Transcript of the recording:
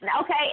Okay